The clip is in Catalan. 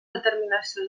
determinació